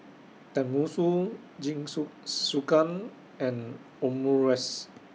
Tenmusu and Omurice